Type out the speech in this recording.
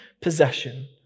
possession